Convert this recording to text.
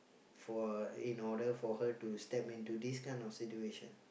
for in order for her to step into this kind of situation